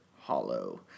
Hollow